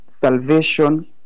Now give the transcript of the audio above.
salvation